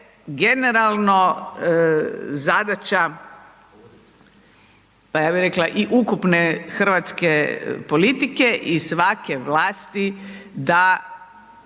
generalno zadaća, pa ja bih rekla i ukupne hrvatske politike i svake vlasti da